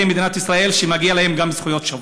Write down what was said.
מדינת ישראל שמגיעות להם גם זכויות שוות.